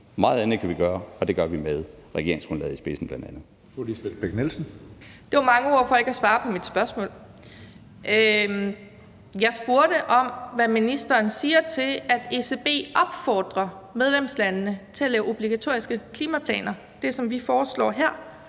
Bech-Nielsen. Kl. 15:21 Lisbeth Bech-Nielsen (SF): Det var mange ord uden at svare på mit spørgsmål. Jeg spurgte om, hvad ministeren siger til, at ECB opfordrer medlemslandene til at lave obligatoriske klimaplaner, altså det, som vi foreslår her.